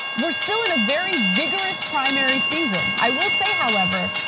we're still in a very vigorous primary season. i will say however,